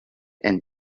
and